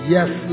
Yes